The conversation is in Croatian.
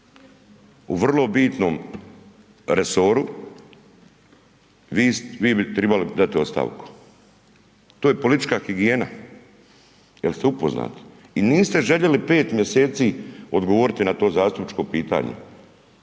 u vrlo bitnom resoru vi bi trebali dati ostavku. To je politička higijena, jel ste upoznati i niste željeli pet mjeseci odgovoriti na to zastupničko pitanje.